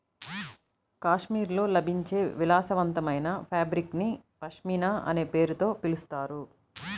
కాశ్మీర్లో లభించే విలాసవంతమైన ఫాబ్రిక్ ని పష్మినా అనే పేరుతో పిలుస్తారు